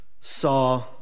saw